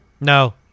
No